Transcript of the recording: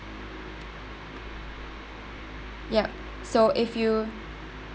yup so if you